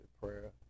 prayer